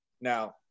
now